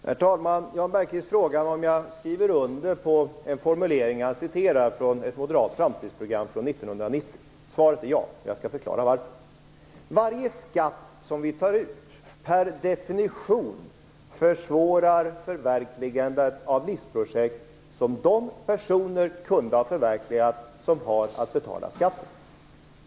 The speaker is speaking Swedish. Herr talman! Jan Bergqvist frågar om jag skriver under på en formulering som han återgav ur ett moderat framtidsprogram från 1990. Svaret är ja, och jag skall förklara varför. Varje skatt som vi tar ut försvårar per definition förverkligandet av livsprojekt som de personer kunnat förverkliga som har att betala skatten.